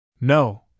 No